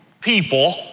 people